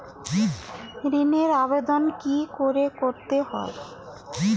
ঋণের আবেদন কি করে করতে হয়?